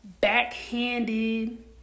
backhanded